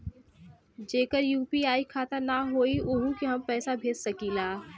जेकर यू.पी.आई खाता ना होई वोहू के हम पैसा भेज सकीला?